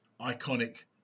iconic